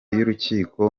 y’urukiko